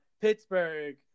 Pittsburgh